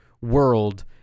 world